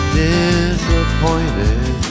disappointed